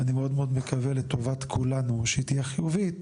אני מאוד מאוד מקווה לטובת כולנו שהיא תהיה חיובית,